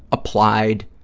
applied